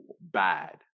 bad